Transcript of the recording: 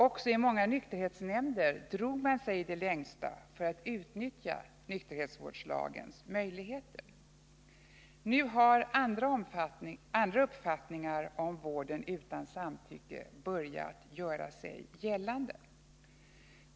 Också i många nykterhetsnämnder drog man sig i det längsta för att utnyttja nykterhetsvårdslagens möjligheter. Nu har andra uppfattningar om vården utan samtycke börjat göra sig gällande.